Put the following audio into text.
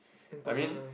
I mean